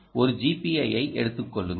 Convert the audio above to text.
ஒரு gpiஐ எடுத்துக்கொள்ளுங்கள்